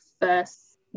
first